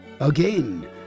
Again